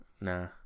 Nah